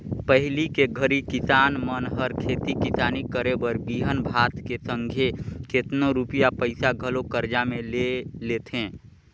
पहिली के घरी किसान मन हर खेती किसानी करे बर बीहन भात के संघे केतनो रूपिया पइसा घलो करजा में ले लेथें